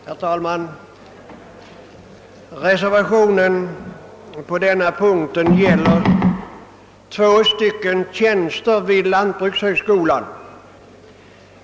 Herr talman! Reservationen på denna punkt avser två tjänster vid lantbrukshögskolan.